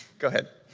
go ahead.